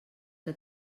que